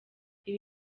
ibi